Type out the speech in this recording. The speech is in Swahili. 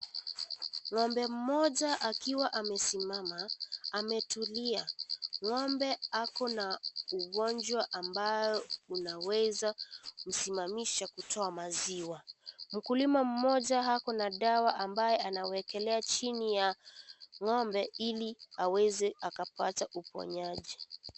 Ngombe mmoja akiwa amesimama ametulia, ngombe ako na ugonjwa ambayo inaweza kusimamisha kutoa maziwa. Mkulima mmoja ako na dawa anamwekelea chini ya ngombe ili aweze anapata uponyaji.